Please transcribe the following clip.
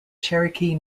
cherokee